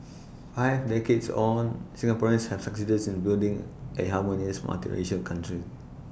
five decades on Singaporeans have succeeded in building A harmonious multiracial control